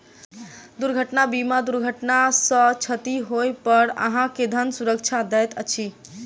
दुर्घटना बीमा दुर्घटना सॅ क्षति होइ पर अहाँ के धन सुरक्षा दैत अछि